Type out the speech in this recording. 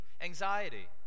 anxiety